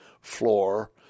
floor